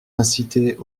inciter